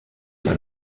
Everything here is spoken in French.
par